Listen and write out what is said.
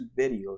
videos